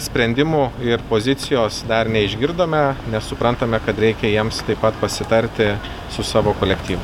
sprendimų ir pozicijos dar neišgirdome nes suprantame kad reikia jiems taip pat pasitarti su savo kolektyvu